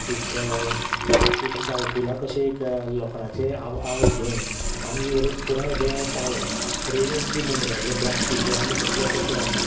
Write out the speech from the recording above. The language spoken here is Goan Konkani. एक एक दावकुला कशें एक लोकडांचें आव आवत घेवून आमी पुराय रेंव चाळोवन रेंवेंन जें मुंगरल्ले प्लास्टीक वा आनी कोसलोय कचरो आसा